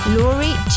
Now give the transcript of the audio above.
Laurie